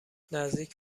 نزدیک